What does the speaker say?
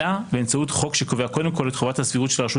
אלא באמצעות חוק שקובע קודם כל את חובת הסבירות של הרשות